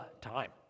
time